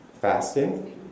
fasting